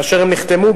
שכאשר הם נחתמו,